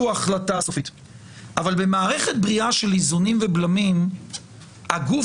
ההחלטה הסופית אבל במערכת בריאה של איזונים ובלמים הגוף